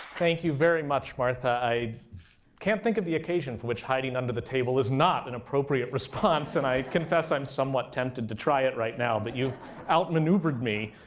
thank you very much, martha. i can't think of the occasion for which hiding under the table is not an appropriate response. and i confess, i'm somewhat tempted to try it right now, but you've out maneuvered me.